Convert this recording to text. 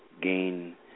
gain